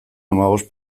hamabost